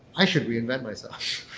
i should reinvent myself.